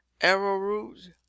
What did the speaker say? arrowroot